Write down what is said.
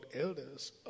elders